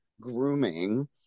grooming